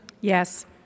Yes